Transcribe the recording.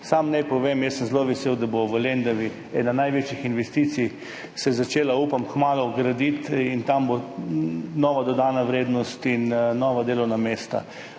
Sam naj povem, da sem zelo vesel, da se bo v Lendavi ena največjih investicij začela, upam, kmalu graditi. Tam bodo nova dodana vrednost in nova delovna mesta.